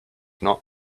not